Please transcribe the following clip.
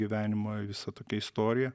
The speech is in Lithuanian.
gyvenimą visą tokią istoriją